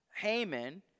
Haman